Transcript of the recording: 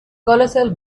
colossal